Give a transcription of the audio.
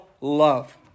love